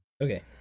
Okay